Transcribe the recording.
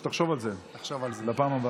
או שתחשוב על זה לפעם הבאה.